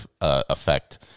effect